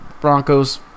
Broncos